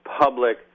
public